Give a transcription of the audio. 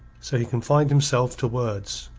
so he confined himself to words.